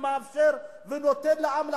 ומאפשר ונותן לעם להחליט.